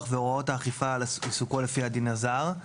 והוראות האכיפה על עיסוקו לפי הדין הזר".